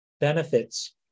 benefits